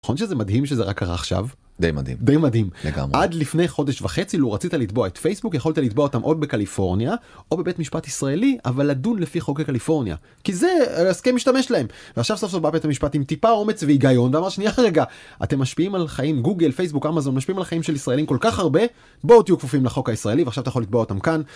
נכון שזה מדהים שזה רק קרה עכשיו? די מדהים. די מדהים. לגמרי. עד לפני חודש וחצי, אלו רצית לתבוע את פייסבוק, יכולת לתבוע אותם או בקליפורניה, או בבית משפט ישראלי, אבל לדון לפי חוקי קליפורניה. כי זה, הסכם משתמש להם. ועכשיו סוף סוף בא בית המשפט עם טיפה אומץ והיגיון, ואמר שנייה אחרי רגע, אתם משפיעים על חיים גוגל, פייסבוק, אמאזון, אתם משפיעים על חיים של ישראלים כל כך הרבה, בואו תהיו כפופים לחוק הישראלי, ועכשיו אתה יכול לתבוע אותם כאן.